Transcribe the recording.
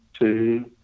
two